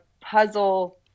puzzle